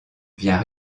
vient